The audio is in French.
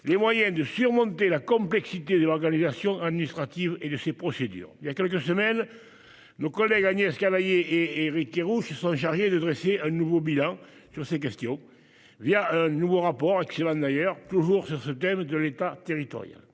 les moyens de surmonter la complexité de l'organisation administrative et de ses procédures. Il y a quelques semaines. Nos collègues Agnès cavalier et Éric Kerrouche sont chargés de dresser un nouveau bilan sur ces questions via un nouveau rapport qui émane d'ailleurs toujours sur ce thème de l'État, territorial